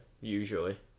Usually